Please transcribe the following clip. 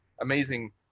amazing